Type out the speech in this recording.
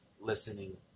listening